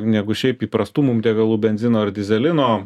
negu šiaip įprastų mum degalų benzino ir dyzelino